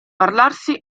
parlarsi